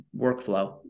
workflow